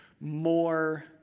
more